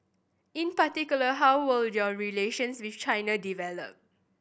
in particular how will your relations with China develop